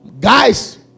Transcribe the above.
Guys